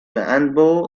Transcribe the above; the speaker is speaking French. handball